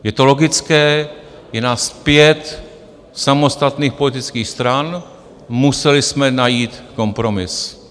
Je to logické, je nás pět samostatných politických stran, museli jsme najít kompromis.